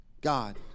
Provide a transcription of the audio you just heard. God